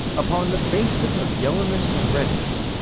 upon the basis of yellowness and redness,